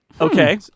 Okay